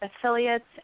affiliates